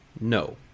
no